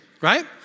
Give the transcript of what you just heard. Right